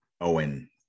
Owen